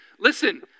listen